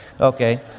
Okay